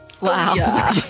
Wow